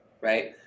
Right